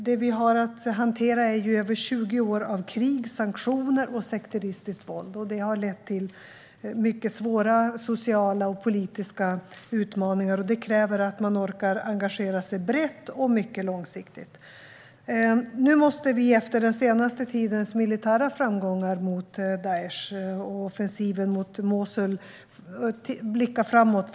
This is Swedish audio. Det vi har att hantera är över 20 år av krig, sanktioner och sekteristiskt våld, som har lett till mycket svåra sociala och politiska utmaningar. Det kräver att man orkar engagera sig brett och mycket långsiktigt. Nu måste vi, efter den senaste tidens militära framgångar mot Daish och offensiven mot Mosul, blicka framåt.